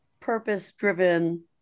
purpose-driven